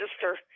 sister